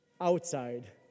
outside